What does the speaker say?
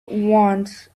once